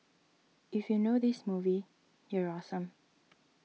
if you know this movie you're awesome